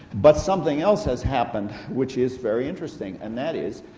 but something else has happened, which is very interesting, and that is,